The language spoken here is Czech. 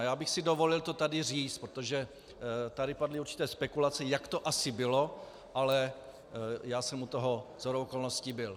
Já bych si dovolil to tady říct, protože tady padly určité spekulace, jak to asi bylo, ale já jsem u toho shodou okolností byl.